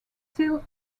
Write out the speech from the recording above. still